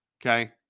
Okay